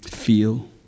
feel